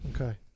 Okay